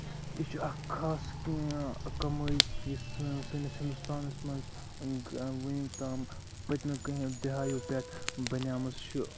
یہِ چھُ اکھ خاص کَمٲے یُس سٲنِس ہِندوستانَس منٛز ؤنیُک تام پٔتمیٚو کہنٛہہ ہو دِہایو پٮ۪ٹھ بَنیمٕژ چھِ